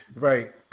right.